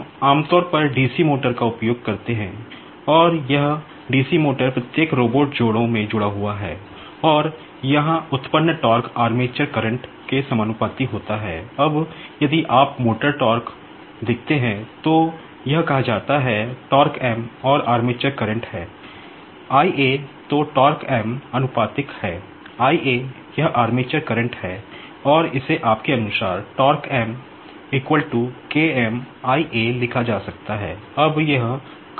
हम आमतौर पर डीसी मोटर देखते हैं तो यह कहा जाता है और आर्मेचर करंट है तो प्रोपोर्शनल है यह आर्मेचर करंट है और इसे आपके अनुसार लिखा जा सकता है